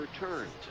returned